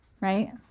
right